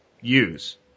use